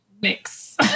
mix